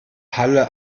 halle